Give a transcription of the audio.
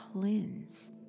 cleanse